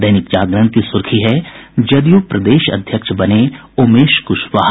दैनिक जागरण की सुर्खी है जदयू प्रदेश अध्यक्ष बने उमेश कुशवाहा